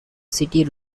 city